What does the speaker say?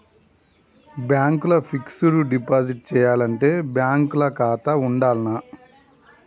Bank ల fixed deposit చేయాలంటే bank ల ఖాతా ఉండాల్నా?